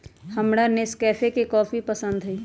हमरा नेस्कैफे के कॉफी पसंद हई